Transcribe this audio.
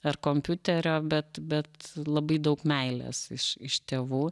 ar kompiuterio bet bet labai daug meilės iš iš tėvų